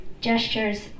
Gestures